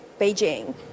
Beijing